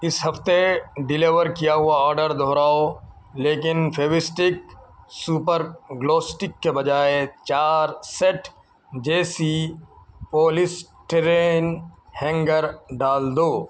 اس ہفتے ڈیلیور کیا ہوا آرڈر دوہراؤ لیکن فیوی اسٹک سوپر گلوسٹک کے بجائے چار set J C polystyrene hanger ڈال دو